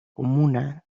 comuna